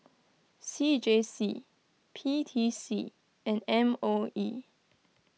C J C P T C and M O E